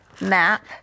map